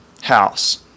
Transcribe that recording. house